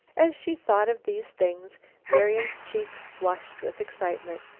as she thought of these things marian's cheeks flushed with excitement.